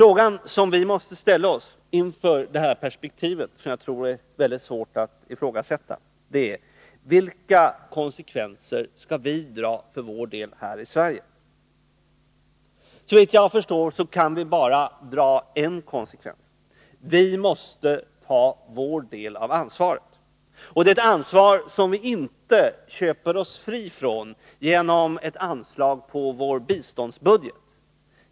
Den fråga vi måste ställa oss inför detta perspektiv, som jag tror är svårt att ifrågasätta, är vilka konsekvenser vi skall dra av detta här i Sverige. Såvitt jag förstår kan vi bara dra en konsekvens: Vi måste ta vår del av ansvaret. Detta är ett ansvar som vi inte köper oss fria från genom ett anslag i vår biståndsbudget.